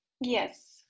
Yes